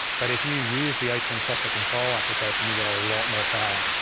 but if you use the atem software control application you get a lot more power.